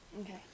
Okay